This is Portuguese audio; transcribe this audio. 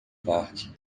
parque